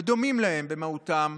ודומים להם במהותם,